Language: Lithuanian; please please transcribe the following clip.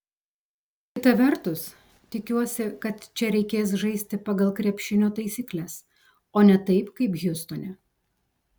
kita vertus tikiuosi kad čia reikės žaisti pagal krepšinio taisykles o ne taip kaip hjustone